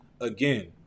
again